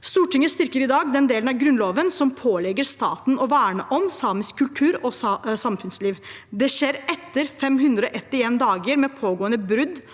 Stortinget styrker i dag den delen av Grunnloven som pålegger staten å verne om samisk kultur og samfunnsliv. Det skjer etter 581 dager med pågående brudd